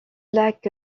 lac